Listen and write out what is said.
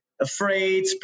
Afraid